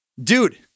Dude